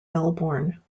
melbourne